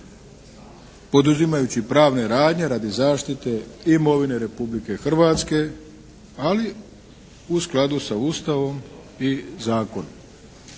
poduzimajući pravne radnje radi zaštite imovine Republike Hrvatske ali u skladu sa Ustavom i zakonom.